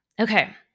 Okay